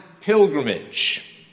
pilgrimage